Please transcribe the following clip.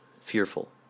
fearful